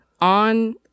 on